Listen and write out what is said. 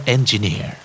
Engineer